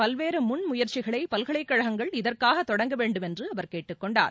பல்வேறு முன்முயற்சிகளை பல்கலைக்கழகங்கள் இதற்காக தொடங்க வேண்டும் என்று அவர் கேட்டுக்கொண்டார்